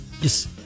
Yes